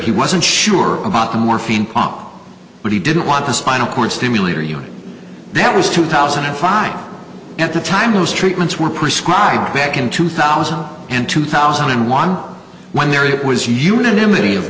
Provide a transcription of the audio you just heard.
he wasn't sure about the morphine pump but he didn't want a spinal cord stimulator unit that was two thousand and five at the time those treatments were prescribed back in two thousand and two thousand and one when there it was unanimity of